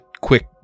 quick